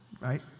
Right